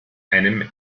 einem